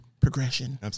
progression